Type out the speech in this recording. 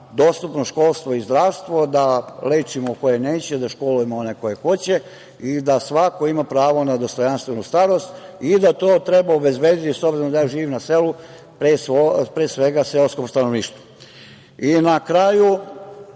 dostupnost školstva i zdravstva, da lečimo koje neće, da školujemo one koji hoće i da svako ima pravo na dostojanstvenu starost i da to treba obezbediti, s obzirom da ja živim na selu, pre svega seoskom stanovništvu. Na kraju,